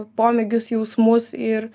pomėgius jausmus ir